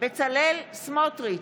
בצלאל סמוטריץ'